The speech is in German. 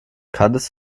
kanntest